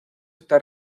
está